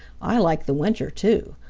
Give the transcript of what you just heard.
i like the winter, too.